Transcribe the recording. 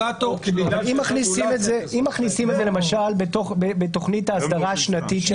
אם מכניסים את זה למשל בתוכנית האסדרה השנתית של המאסדר.